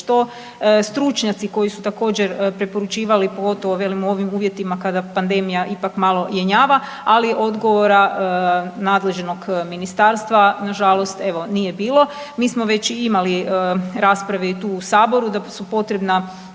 što stručnjaci koji su također preporučivali pogotovo velim u ovim uvjetima kada pandemija ipak malo jenjava, ali odgovora nadležnog ministarstva na žalost evo nije bilo. Mi smo već i imali rasprave i tu su Saboru da su potrebna